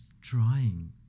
trying